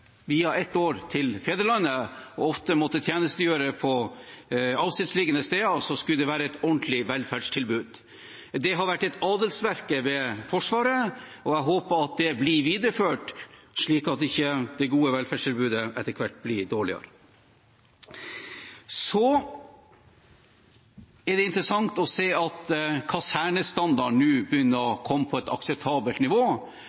ett år til fedrelandet, og ofte måtte tjenestegjøre på avsidesliggende steder, så skulle det være et ordentlig velferdstilbud. Det har vært et adelsmerke ved Forsvaret, og jeg håper at det blir videreført, slik at ikke det gode velferdstilbudet etter hvert blir dårligere. Det er interessant å se at kasernestandarden nå begynner å komme opp på et akseptabelt nivå,